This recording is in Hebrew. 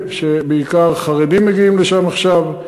שלשם בעיקר חרדים מגיעים עכשיו,